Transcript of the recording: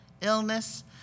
illness